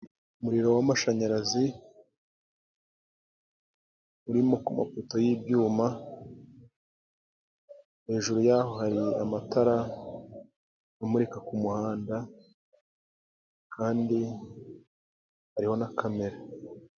Umuriro w'amashanyarazi urimo ku mapoto y'ibyuma, hejuru yaho hari amatara amurika ku muhanda kandi hariho na kamera.